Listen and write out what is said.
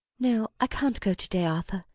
no i can't go to-day, arthur.